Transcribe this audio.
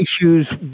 issues